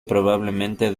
probablemente